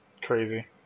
crazy